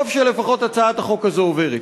טוב שלפחות הצעת החוק הזאת עוברת.